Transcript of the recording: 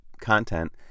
content